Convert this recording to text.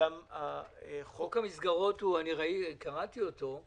וגם חוק --- קראתי את חוק המסגרות,